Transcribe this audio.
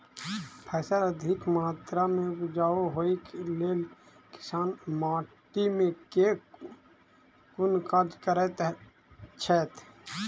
फसल अधिक मात्रा मे उपजाउ होइक लेल किसान माटि मे केँ कुन कार्य करैत छैथ?